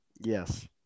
Yes